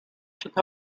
took